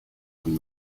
from